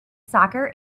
soccer